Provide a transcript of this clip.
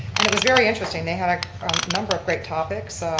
and it was very interesting, they had a number of great topics,